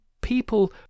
people